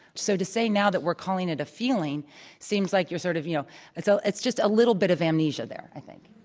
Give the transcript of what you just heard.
so to say now, that we're calling it a feeling seems like sort of you know and so it's just a little bit of amnesia there, i think.